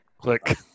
click